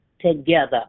together